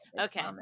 okay